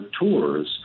tours